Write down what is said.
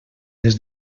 les